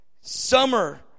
summer